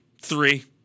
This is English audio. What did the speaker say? Three